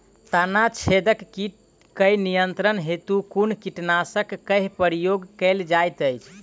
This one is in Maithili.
तना छेदक कीट केँ नियंत्रण हेतु कुन कीटनासक केँ प्रयोग कैल जाइत अछि?